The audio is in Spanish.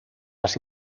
más